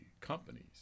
companies